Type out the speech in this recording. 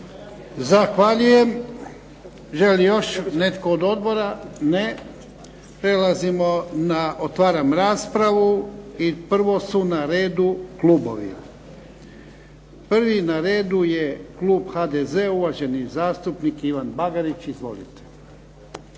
Zahvaljujem. Želi li još netko od odbora? Ne. Otvaram raspravu. Prvo su na redu klubovi. Prvi na redu je klub HDZ-a, uvaženi zastupnik Ivan Bagarić. Izvolite.